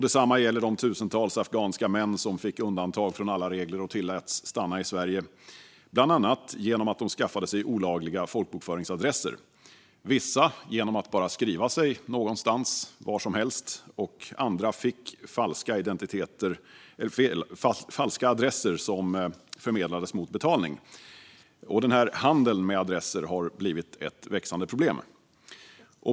Detsamma gäller de tusentals afghanska män som fick undantag från alla regler och tilläts stanna i Sverige, bland annat genom att de skaffade sig olagliga folkbokföringsadresser. Vissa fick det genom att bara skriva sig någonstans, var som helst; andra fick falska adresser som förmedlades mot betalning. Denna handel med adresser har blivit ett växande problem.